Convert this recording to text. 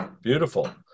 Beautiful